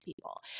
people